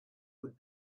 would